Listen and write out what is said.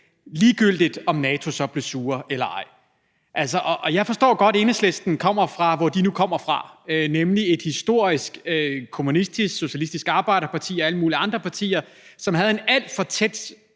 ligegyldigt om NATO så blev sure eller ej. Jeg forstår godt, at Enhedslisten kommer fra, hvor de nu kommer fra, nemlig et historisk kommunistisk-socialistisk arbejderparti og alle mulige andre partier, som havde en alt for tæt